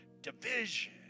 division